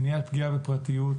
מניעת פגיעה בפרטיות,